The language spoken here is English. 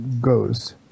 goes